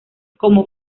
como